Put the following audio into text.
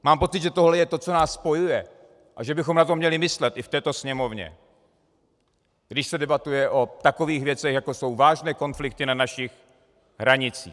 Mám pocit, že tohle je to, co nás spojuje, a že bychom na to měli myslet i v této Sněmovně, když se debatuje o takových věcech, jako jsou vážné konflikty na našich hranicích.